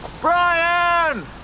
Brian